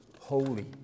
holy